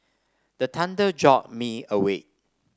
the thunder jolt me awake